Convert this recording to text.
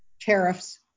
tariffs